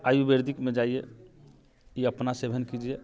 आयुर्वेदिकमे जाइए या अपना सेवन कीजिए